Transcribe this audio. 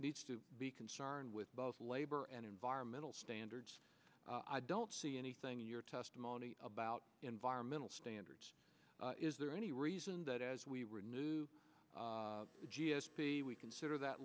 needs to be concerned with both labor and environmental standards i don't see anything in your testimony about environmental standards is there any reason that as we renew we consider that